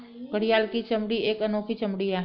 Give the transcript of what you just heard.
घड़ियाल की चमड़ी एक अनोखी चमड़ी है